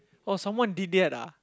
oh someone did that lah